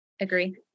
Agree